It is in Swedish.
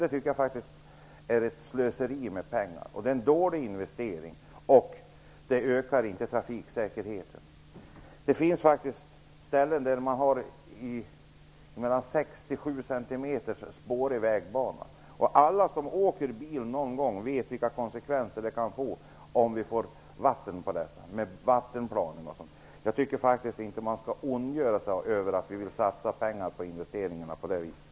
Det tycker jag faktiskt är ett slöseri med pengarna och en dålig investering. Det ökar inte trafiksäkerheten. Det finns faktiskt ställen med 6--7 cm spår i vägbanan. Alla som åker bil någon gång vet vilka konsekvenser det kan få om vi t.ex. får vatten på dessa vägar. Jag tycker inte ministern skall ondgöra sig över att vi vill satsa pengar på sådant.